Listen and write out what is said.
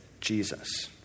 Jesus